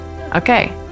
Okay